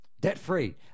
Debt-free